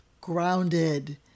grounded